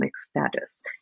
status